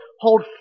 hold